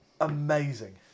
Amazing